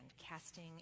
casting